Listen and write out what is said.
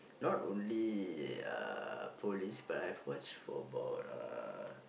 not only uh police but I've watched for about uh